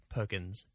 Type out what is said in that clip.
Perkins